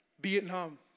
Vietnam